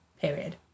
period